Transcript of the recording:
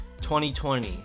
2020